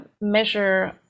measure